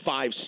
five